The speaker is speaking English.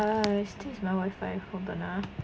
ah I think it's my WIFI hold on ah